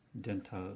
dental